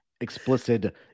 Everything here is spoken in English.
explicit